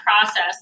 process